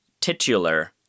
titular